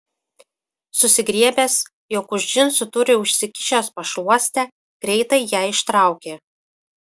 susigriebęs jog už džinsų turi užsikišęs pašluostę greitai ją ištraukė